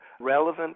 relevant